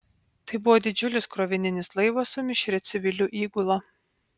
tai buvo didžiulis krovininis laivas su mišria civilių įgula